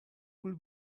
will